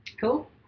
Cool